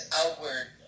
outward